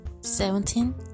Seventeen